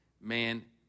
man